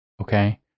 okay